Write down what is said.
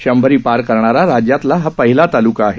शंभरी पार करणारा राज्यातला हा पहिला ताल्का आहे